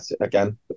again